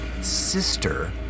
sister